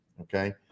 Okay